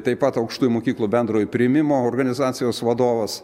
taip pat aukštųjų mokyklų bendrojo priėmimo organizacijos vadovas